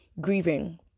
grieving